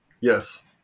yes